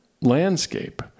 landscape